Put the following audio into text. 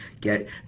get